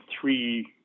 three